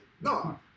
No